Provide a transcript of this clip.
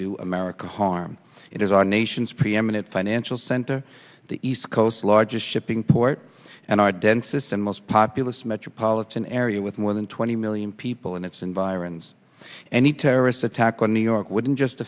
do america harm it is our nation's preeminent financial center the east coast largest shipping port and our dense system most populous metropolitan area with more than twenty million people in its environs any terrorist attack on new york wouldn't just